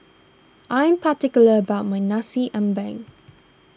I am particular about my Nasi Ambeng